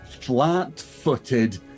flat-footed